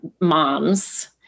moms